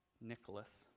Nicholas